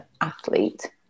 athlete